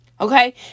Okay